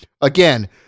Again